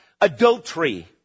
adultery